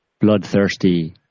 bloodthirsty